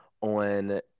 on